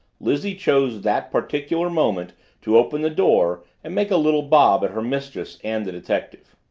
lizzie chose that particular moment to open the door and make a little bob at her mistress and the detective.